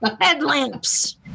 Headlamps